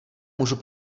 můžu